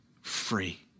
free